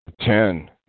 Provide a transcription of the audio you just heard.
Ten